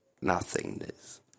nothingness